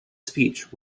speech